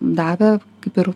davė kaip ir